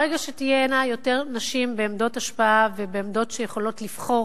ברגע שתהיינה יותר נשים בעמדות השפעה ובעמדות שיכולות לבחור